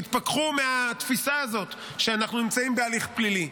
יתפכחו מהתפיסה הזאת שאנחנו נמצאים בהליך פלילי.